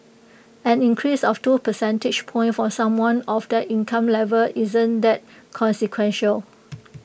an increase of two percentage points for someone of that income level isn't that consequential